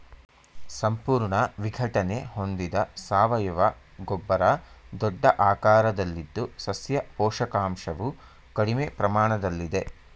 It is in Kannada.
ಸಂಪೂರ್ಣ ವಿಘಟನೆ ಹೊಂದಿದ ಸಾವಯವ ಗೊಬ್ಬರ ದೊಡ್ಡ ಆಕಾರದಲ್ಲಿದ್ದು ಸಸ್ಯ ಪೋಷಕಾಂಶವು ಕಡಿಮೆ ಪ್ರಮಾಣದಲ್ಲಿದೆ